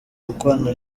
gukorana